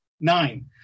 nine